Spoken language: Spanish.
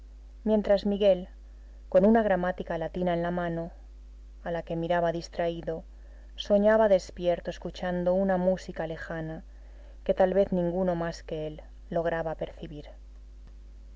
mientras miguel con una gramática latina en la mano a la que miraba distraído soñaba despierto escuchando una música lejana que tal vez ninguno más que él lograba percibir